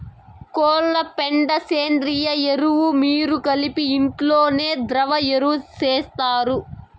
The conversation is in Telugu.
కోళ్ల పెండ సేంద్రియ ఎరువు మీరు కలిసి ఇంట్లోనే ద్రవ ఎరువు చేస్తారు